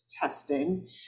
testing